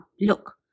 look